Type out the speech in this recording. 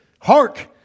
Hark